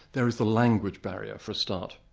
there is the language barrier for a start.